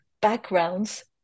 backgrounds